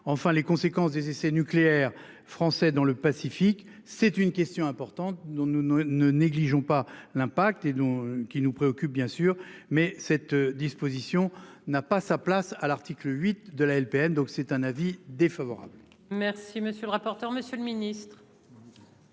enfin les conséquences des essais nucléaires français dans le Pacifique. C'est une question importante. Nous ne négligeons pas l'impact et dont qui nous préoccupe, bien sûr, mais cette disposition n'a pas sa place à l'article 8 de la LPM, donc c'est un avis défavorable. Merci monsieur le rapporteur. Monsieur le Ministre.